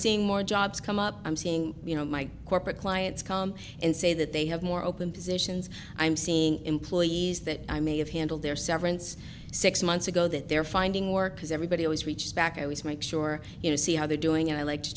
seeing more jobs come up i'm seeing you know my corporate clients come and say that they have more open positions i'm seeing employees that i may have handled their severance six months ago that they're finding work because everybody has reached back i always make sure you know see how they're doing and i like to